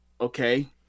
okay